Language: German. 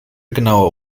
genauer